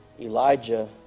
Elijah